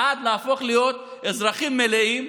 בעד להפוך להיות אזרחים מלאים,